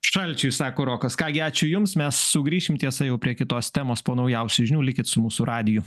šalčiui sako rokas ką gi ačiū jums mes sugrįšim tiesa jau prie kitos temos po naujausių žinių likit su mūsų radiju